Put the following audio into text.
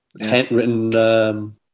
handwritten